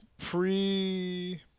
pre